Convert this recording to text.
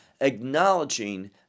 acknowledging